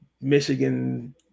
Michigan